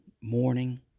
morning